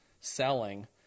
selling